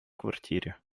квартире